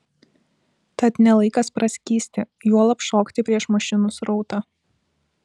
tad ne laikas praskysti juolab šokti prieš mašinų srautą